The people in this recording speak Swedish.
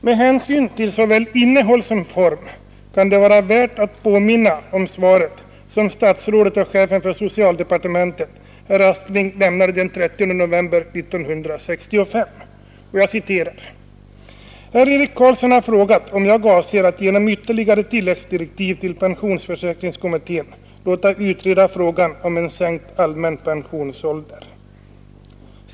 ” Med hänsyn till såväl innehåll som form kan det vara värt att påminna om svaret som statsrådet och chefen för socialdepartementet, herr Aspling, lämnade den 30 november 1965: ”Herr Eric Carlsson har frågat om jag avser att genom ytterligare tilläggsdirektiv till pensionsförsäkringskommittén låta utreda frågan om en sänkt allmän pensionsålder.